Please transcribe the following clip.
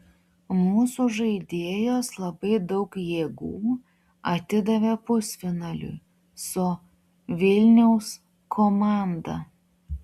mūsų žaidėjos labai daug jėgų atidavė pusfinaliui su vilniaus komanda